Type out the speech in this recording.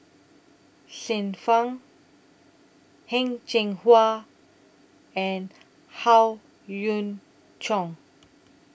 Xiu Fang Heng Cheng Hwa and Howe Yoon Chong